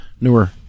newer